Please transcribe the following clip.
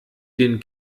den